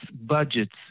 budgets